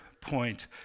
point